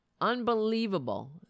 Unbelievable